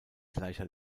gleicher